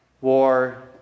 war